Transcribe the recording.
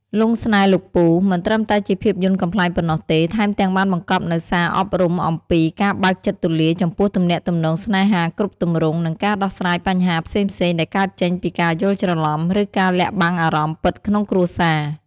"លង់ស្នេហ៍លោកពូ" មិនត្រឹមតែជាភាពយន្តកំប្លែងប៉ុណ្ណោះទេ ថែមទាំងបានបង្កប់នូវសារអប់រំអំពីការបើកចិត្តទូលាយចំពោះទំនាក់ទំនងស្នេហាគ្រប់ទម្រង់ និងការដោះស្រាយបញ្ហាផ្សេងៗដែលកើតចេញពីការយល់ច្រឡំ ឬការលាក់បាំងអារម្មណ៍ពិតក្នុងគ្រួសារ។